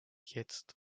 jetzt